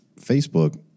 Facebook